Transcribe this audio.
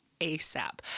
ASAP